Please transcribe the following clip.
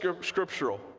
scriptural